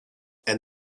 and